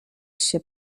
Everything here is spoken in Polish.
się